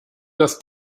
das